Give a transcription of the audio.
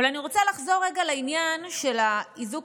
אבל אני רוצה לחזור רגע לעניין של האיזוק